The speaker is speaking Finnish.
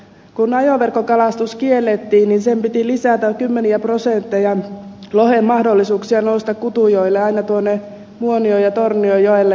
kun ajoverkkokalastus kiellettiin sen piti lisätä kymmeniä prosentteja lohen mahdollisuuksia nousta kutujoelle aina tuonne muonion ja tornionjoelle